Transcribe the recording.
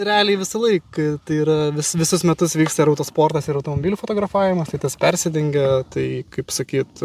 realiai visą laiką tai yra vis visus metus vyksta ir autosportas ir automobilių fotografavimas tai tas persidengia tai kaip sakyt